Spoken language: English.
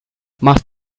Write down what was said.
must